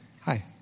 Hi